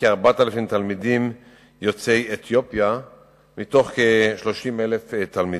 כ-4,000 תלמידים יוצאי אתיופיה מתוך כ-30,000 תלמידים.